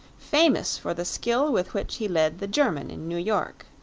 famous for the skill with which he led the german in new york.